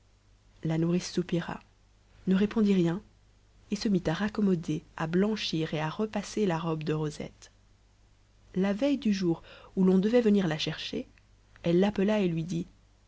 la nourrice soupira ne répondit rien et se mit à raccommoder à blanchir et à repasser la robe de rosette la veille du jour où l'on devait venir la chercher elle l'appela et lui dit